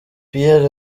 pierre